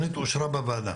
שהתוכנית אושרה בוועדה?